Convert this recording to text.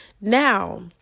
Now